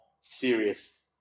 serious